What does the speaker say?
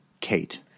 Kate